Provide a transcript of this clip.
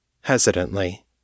hesitantly